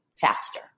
faster